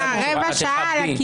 על זאת המלחמה, על זה